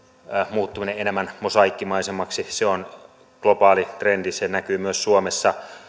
muuttuminen enemmän mosaiikkimaisemmaksi se on globaali trendi se näkyy myös suomessa